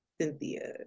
Cynthia